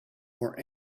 more